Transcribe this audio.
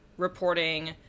reporting